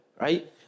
right